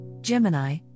Gemini